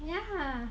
yeah